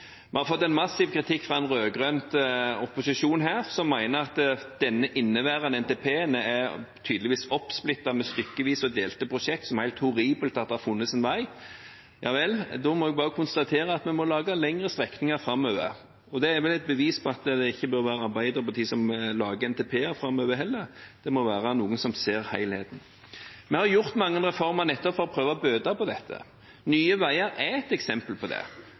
Vi har fått massiv kritikk fra en rød-grønn opposisjon som mener at den inneværende NTP-en tydeligvis er oppsplittet med stykkevise og delte prosjekter som det er helt horribelt har funnet sin vei. Ja vel, da må jeg bare konstatere at vi må lage lengre strekninger framover. Det er vel et bevis på at det ikke bør være Arbeiderpartiet som lager NTP-er framover heller. Det må være noen som ser helheten. Vi har gjort mange reformer nettopp for å prøve å bøte på dette. Nye Veier er et eksempel på det.